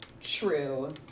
True